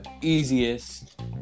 easiest